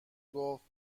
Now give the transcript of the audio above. گفت